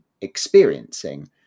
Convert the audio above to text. experiencing